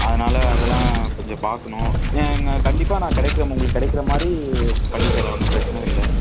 அதனால் அதெல்லாம் கொஞ்சம் பார்க்குணும் நான் இங்கே கண்டிப்பாக நான் கிடைக்கும் உங்களுக்கு கிடைக்குற மாதிரி பண்ணி தர்றேன் ஒன்றும் பிரச்சனை இல்லை